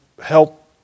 help